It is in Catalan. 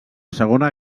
segona